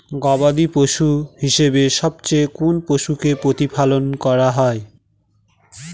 গবাদী পশু হিসেবে সবচেয়ে কোন পশুকে প্রতিপালন করা হয়?